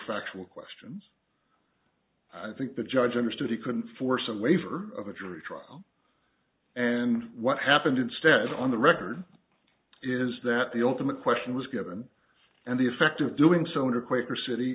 factual questions i think the judge understood he couldn't force a waiver of a jury trial and what happened instead on the record is that the ultimate question was given and the effect of doing so in a quaker city